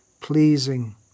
pleasing